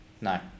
no